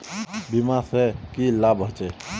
बीमा से की लाभ होचे?